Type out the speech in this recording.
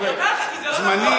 אני אומר לך, כי זה לא נכון.